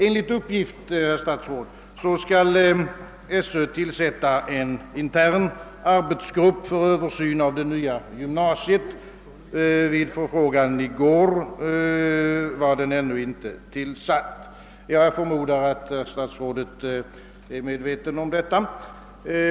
Enligt uppgift skall Sö tillsätta en intern arbetsgrupp för översyn av det nya gymnasiet. Vid förfrågan i går var denna ännu inte tillsatt. Jag förmodar, att herr statsrådet är medveten härom.